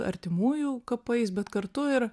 artimųjų kapais bet kartu ir